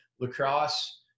lacrosse